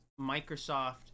microsoft